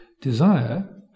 desire